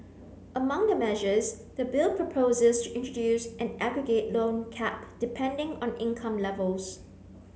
among the measures the bill proposes to introduce an aggregate loan cap depending on income levels